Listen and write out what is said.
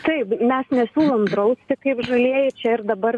taip mes nesiūlom drausti kaip žalieji čia ir dabar